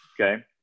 okay